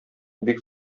бик